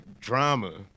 drama